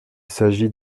s’agit